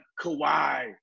Kawhi